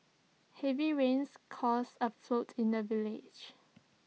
heavy rains caused A float in the village